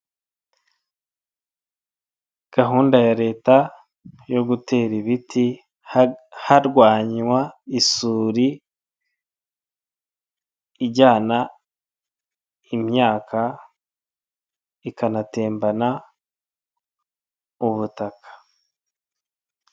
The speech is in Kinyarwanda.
Gahunda ya leta, yo gutera ibiti harwanywa isuri, ijyana, imyaka, ikanatembana, ubutaka